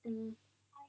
mm